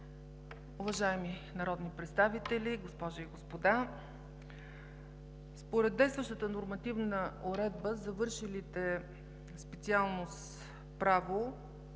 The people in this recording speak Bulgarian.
уважаеми народни представители, госпожи и господа! Според действащата нормативна уредба завършилите специалност „Право“